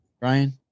Brian